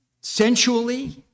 sensually